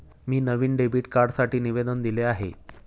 मी नवीन डेबिट कार्डसाठी निवेदन दिले आहे